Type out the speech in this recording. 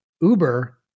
Uber